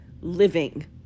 living